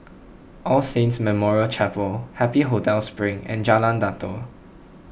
All Saints Memorial Chapel Happy Hotel Spring and Jalan Datoh